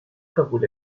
kabul